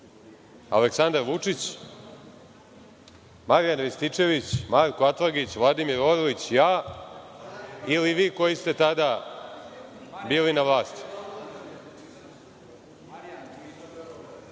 Aleksandar Vučić? Marijan Rističević? Marko Atlagić? Vladimir Orlić? Ja ili vi koji ste tada bili na vlasti? Mogu